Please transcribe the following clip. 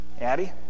Addie